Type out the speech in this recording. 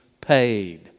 paid